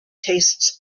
tastes